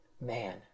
Man